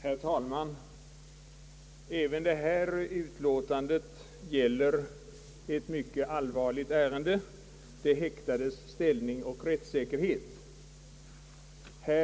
Herr talman! Även detta utlåtande gäller ett mycket allvarligt ärende — de häktades ställning och rättssäkerhet. Även